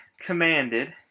commanded